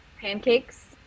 pancakes